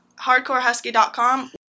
hardcorehusky.com